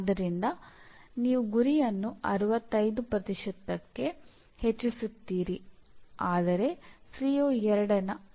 ಈ ಪಿಒಗಳು ಒಟ್ಟಾಗಿ ಅಧ್ಯಯನದ ವಿಷಯಗಳನ್ನು ವಿನ್ಯಾಸಗೊಳಿಸುತ್ತವೆ ಮತ್ತು ಇವು ಅಧ್ಯಯನದ ಅಂಶಗಳಾಗಿವೆ